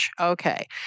okay